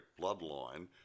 bloodline